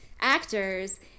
actors